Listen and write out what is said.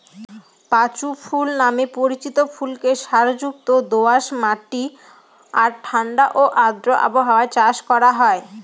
পাঁচু ফুল নামে পরিচিত ফুলকে সারযুক্ত দোআঁশ মাটি আর ঠাণ্ডা ও আর্দ্র আবহাওয়ায় চাষ করা হয়